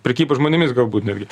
prekyba žmonėmis galbūt netgi